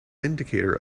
indicator